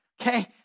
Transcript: Okay